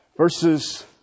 Verses